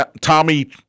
Tommy